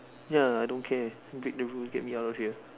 ya I don't care break the rule get me out of here